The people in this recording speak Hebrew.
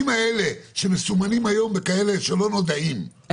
האלה שמסומנים היום ככאלה שלא נודעים,